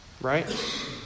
Right